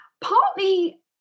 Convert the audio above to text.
Partly